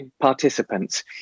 participants